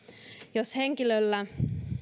jos henkilölle